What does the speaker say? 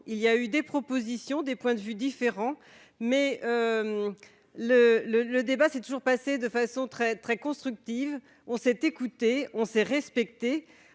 il y a eu des propositions des points de vue différents mais le le le débat s'est toujours passé de façon très très constructive, on s'est écouté on sait respecter,